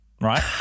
right